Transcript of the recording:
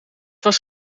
was